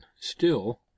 Still—